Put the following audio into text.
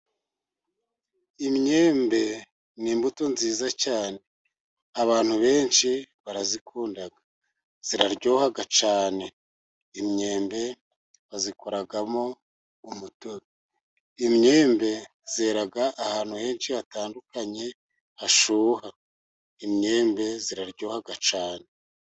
Imyembe ni imbuto nziza cyane. Abantu benshi barayikunda, iraryoha cyane, imyembe bayikoraramo, imyembe yera ahantu henshi hatandukanye hashyuha, imyembe iraryoga cyane.